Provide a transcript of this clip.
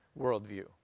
worldview